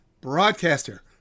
broadcaster